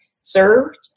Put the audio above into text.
served